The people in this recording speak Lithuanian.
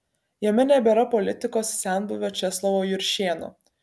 jame nebėra politikos senbuvio česlovo juršėno